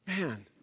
Man